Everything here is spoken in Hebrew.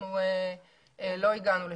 אנחנו לא הגענו לשם.